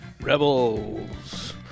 rebels